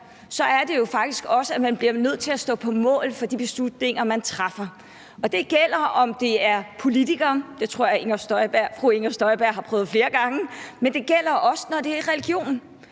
så er det jo faktisk også sådan, at man bliver nødt til at stå på mål for de beslutninger, man træffer. Og det gælder, uanset om det er politikere – det tror jeg at fru Inger Støjberg har prøvet flere gange – men det gælder også, når det er religion,